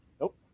nope